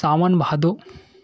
सावन भादो